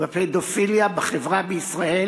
והפדופיליה בחברה בישראל,